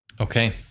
Okay